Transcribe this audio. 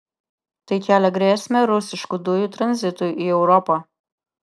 tai kelia grėsmę rusiškų dujų tranzitui į europą